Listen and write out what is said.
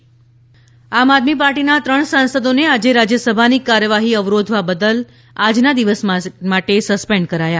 suspend Aam Aadmi પાર્ટીના ત્રણ સાંસદોને આજે રાજ્યસભાની કાર્યવાહી અવરોધવા બદલ આજના દિવસ માટે સસ્પેન્ડ કરાયા છે